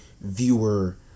viewer